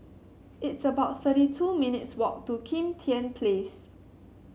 it's about thirty two minutes' walk to Kim Tian Place